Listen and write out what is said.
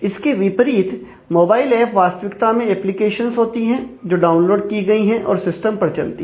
इसके विपरीत mobile app वास्तविकता में एप्लीकेशंस होती हैं जो डाउनलोड की गई हैं और सिस्टम पर चलती हैं